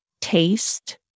taste